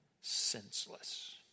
senseless